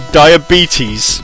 diabetes